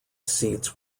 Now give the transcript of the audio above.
seats